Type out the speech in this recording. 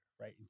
right